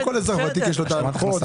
לכל אזרח ותיק יש הנחות כאלה.